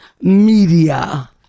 Media